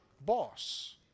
boss